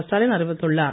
ஸ்டாலின் அறிவித்துள்ளார்